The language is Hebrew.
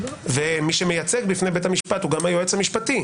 ומי שמייצג בפני בית המשפט הוא גם היועץ המשפטי,